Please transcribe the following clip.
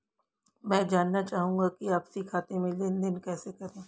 मैं जानना चाहूँगा कि आपसी खाते में लेनदेन कैसे करें?